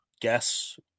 guess